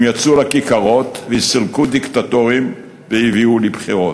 הם יצאו לכיכרות וסילקו דיקטטורים והביאו לבחירות,